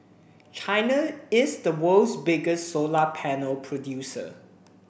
China is the world's biggest solar panel producer